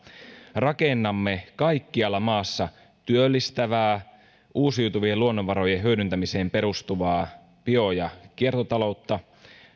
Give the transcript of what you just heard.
rakennamme kaikkialla maassa työllistävää uusiutuvien luonnonvarojen hyödyntämiseen perustuvaa bio ja kiertotaloutta